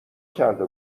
کرده